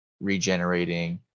regenerating